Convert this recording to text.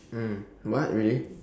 mm what really